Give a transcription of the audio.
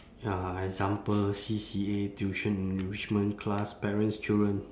ya example C_C_A tuition enrichment class parents children